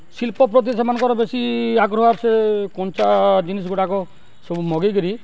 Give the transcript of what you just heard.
ଶିଳ୍ପ ପ୍ରତି ସେମାନଙ୍କର ବେଶୀ ଆଗ୍ରହ ସେ କଞ୍ଚା ଜିନିଷଗୁଡ଼ାକ ସବୁ ମଗେଇକିରି